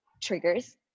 triggers